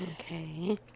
Okay